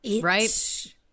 right